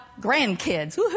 grandkids